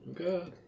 Okay